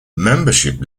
membership